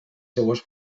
seues